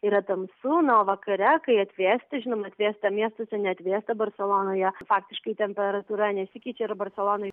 yra tamsu na o vakare kai atvėsti žinoma atvėsta miestas ar neatvėsta barselonoje faktiškai temperatūra nesikeičia ir barselonoj